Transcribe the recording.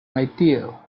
idea